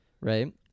right